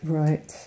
right